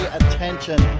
attention